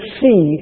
see